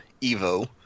Evo